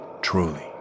truly